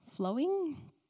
flowing